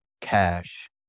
cash